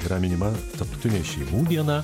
yra minima tarptautinė šeimų diena